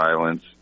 violence